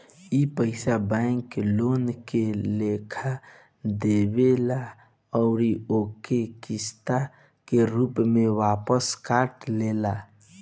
ई पइसा bank loan के लेखा देवेल अउर ओके किस्त के रूप में वापस काट लेला